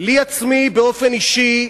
לי עצמי, באופן אישי,